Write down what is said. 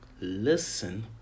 listen